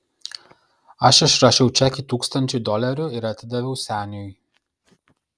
aš išrašiau čekį tūkstančiui dolerių ir atidaviau seniui